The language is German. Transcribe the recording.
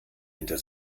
hinter